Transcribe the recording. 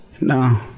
No